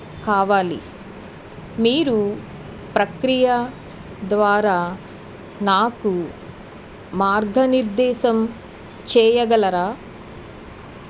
కావాలి మీరు ప్రక్రియ ద్వారా నాకు మార్గనిర్దేశం చేయగలరా